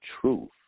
truth